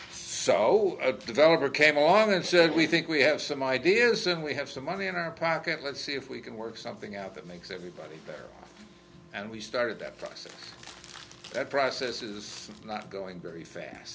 a developer came along and said we think we have some ideas and we have some money in our pocket let's see if we can work something out that makes everybody there and we started that process that process is not going very fast